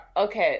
Okay